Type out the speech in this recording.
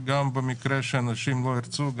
ובמקרה שאנשים לא ירצו,